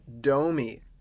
Domi